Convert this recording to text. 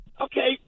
Okay